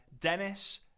Dennis